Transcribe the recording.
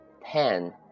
pen